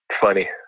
funny